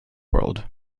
world